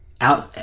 out